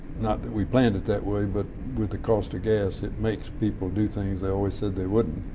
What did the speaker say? not that we planned it that way, but with the cost of gas it makes people do things they always said they wouldn't.